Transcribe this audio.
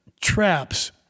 traps